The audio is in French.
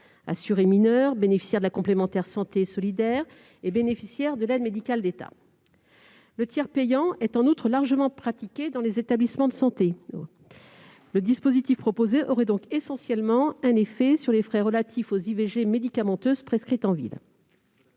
assurées mineures, bénéficiaires de la complémentaire santé solidaire, et bénéficiaires de l'aide médicale d'État. Le tiers payant est, en outre, largement pratiqué dans les établissements de santé. Le dispositif proposé aurait donc essentiellement un effet sur les frais relatifs aux IVG médicamenteuses prescrites en ville.